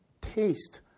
taste